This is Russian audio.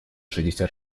шестьдесят